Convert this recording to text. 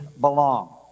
belong